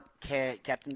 Captain